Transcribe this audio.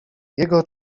jego